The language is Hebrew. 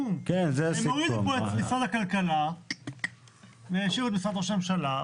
הם הורידו פה את משרד הכלכלה והשאירו את משרד ראש הממשלה.